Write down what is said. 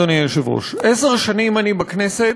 אדוני היושב-ראש, עשר שנים אני בכנסת,